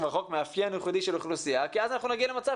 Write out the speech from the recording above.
רחוק מאפיין ייחודי של אוכלוסייה כי אז אנחנו נגיע למצב